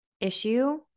issue